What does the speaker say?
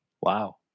wow